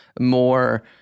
more